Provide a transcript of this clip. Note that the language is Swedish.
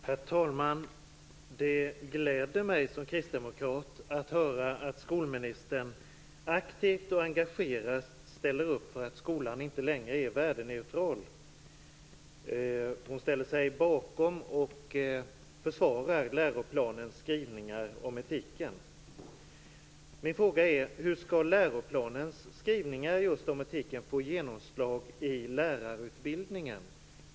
Herr talman! Det gläder mig, som kristdemokrat, att höra att skolministern aktivt och engagerat ställer upp för att skolan inte längre är värdeneutral och att hon ställer sig bakom och försvarar läroplanens skrivningar om etik. Min fråga är: Hur skall läroplanens skrivningar om just etik få genomslag i lärarutbildningen?